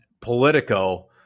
Politico